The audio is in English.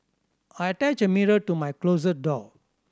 I attached a mirror to my closet door